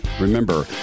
remember